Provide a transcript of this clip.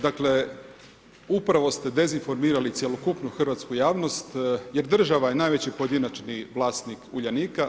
Dakle, upravo ste dezinformirali cjelokupnu hrvatsku javnost jer država je najveći pojedinačni vlasnik Uljanika.